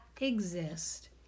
exist